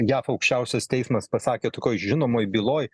jav aukščiausias teismas pasakė tokioj žinomoj byloj